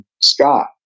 Scott